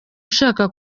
ushaka